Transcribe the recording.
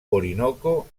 orinoco